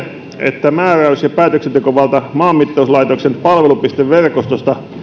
että määräys ja päätöksentekovalta maanmittauslaitoksen palvelupisteverkostosta